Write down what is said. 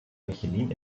michelin